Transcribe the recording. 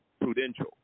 prudential